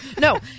no